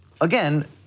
again